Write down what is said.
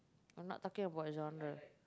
I'm not talking about genre